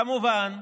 כמובן,